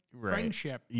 friendship